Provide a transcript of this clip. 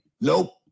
nope